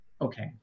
okay